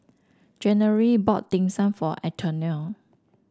January bought Dim Sum for Antonia